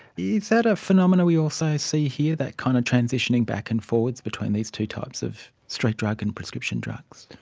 yeah that a phenomena we also see here, that kind of transitioning back and forwards between these two types of street drug and prescription drugs?